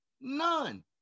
none